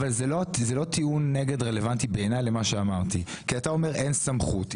בעיניי זה לא טיעון נגד רלוונטי למה שאמרתי כי אתה אומר שאין סמכות.